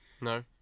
no